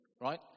right